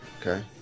Okay